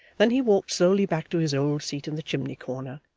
then he walked slowly back to his old seat in the chimney-corner,